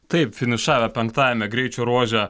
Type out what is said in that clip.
taip finišavę penktajame greičio ruože